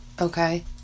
Okay